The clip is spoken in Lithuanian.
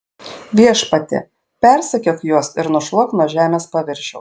viešpatie persekiok juos ir nušluok nuo žemės paviršiaus